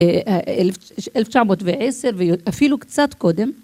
1910 ואפילו קצת קודם.